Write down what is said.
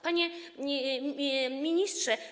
Panie Ministrze!